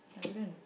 I wouldn't